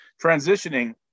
transitioning